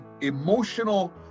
emotional